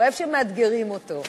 הוא אוהב שמאתגרים אותו.